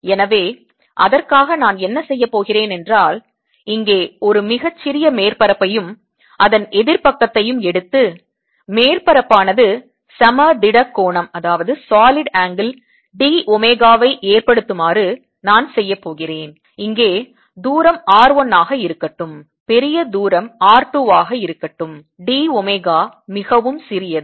எனவே அதற்காக நான் என்ன செய்யப் போகிறேன் என்றால் இங்கே ஒரு மிக சிறிய மேற்பரப்பையும் அதன் எதிர் பக்கத்தையும் எடுத்து மேற்பரப்பானது சம திட கோணம் d ஒமேகாவை ஏற்படுத்துமாறு நான் செய்யப் போகிறேன் இங்கே தூரம் r 1 ஆக இருக்கட்டும் பெரிய தூரம் r 2 ஆக இருக்கட்டும் d ஒமேகா மிகவும் சிறியது